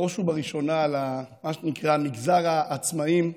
בראש ובראשונה על מה שנקרא מגזר העצמאים,